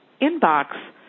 inbox